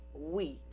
week